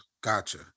Gotcha